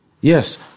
Yes